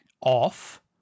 off